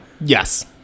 Yes